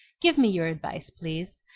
give me your advice, please.